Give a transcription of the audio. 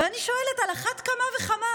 ואני שואלת: על אחת כמה וכמה,